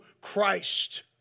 Christ